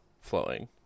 flowing